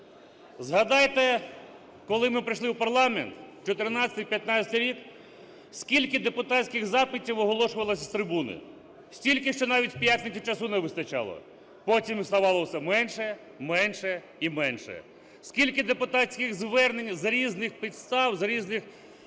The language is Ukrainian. Згадайте, коли ми прийшли в парламент, 2014-2015 рік, скільки депутатських запитів оголошувалось з трибуни? Стільки, що навіть в п'ятницю часу не вистачало. Потім ставало все менше, менше і менше. Скільки депутатських звернень з різних підстав, з різних